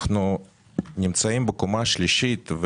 אנחנו נמצאים בקומה השלישית,